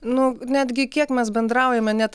nu netgi kiek mes bendraujame net